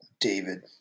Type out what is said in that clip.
David